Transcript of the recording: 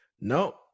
No